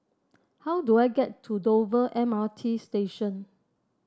how do I get to Dover M R T Station